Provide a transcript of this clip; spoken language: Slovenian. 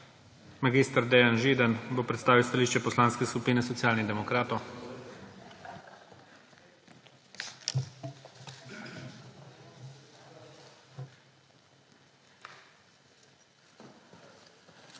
Mag. Dejan Židan bo predstavil stališče Poslanske skupine Socialnih demokratov.